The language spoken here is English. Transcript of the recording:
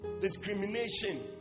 Discrimination